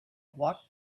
walked